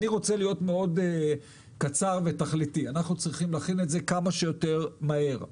אני רוצה להיות קצר ותכליתי אנחנו צריכים להכין את זה כמה שיותר מהר.